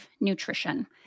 nutrition